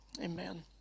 Amen